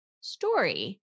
story